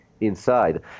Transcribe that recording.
inside